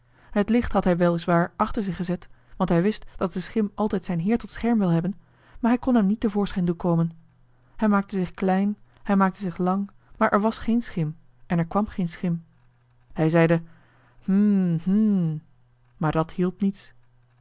het licht had hij wel is waar achter zich gezet want hij wist dat de schim altijd zijn heer tot scherm wil hebben maar hij kon hem niet te voorschijn doen komen hij maakte zich klein hij maakte zich lang maar er was geen schim en er kwam geen schim hij zeide hm hm maar dat hielp niets